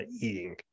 eating